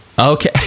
okay